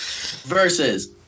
versus